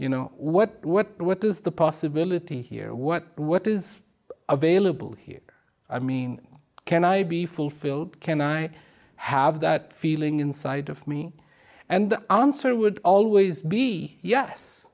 you know what what what is the possibility here what what is available here i mean can i be fulfilled can i have that feeling inside of me and the answer would always be yes